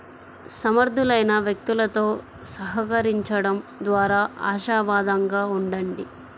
సమర్థులైన వ్యక్తులతో సహకరించండం ద్వారా ఆశావాదంగా ఉండండి